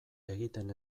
egiten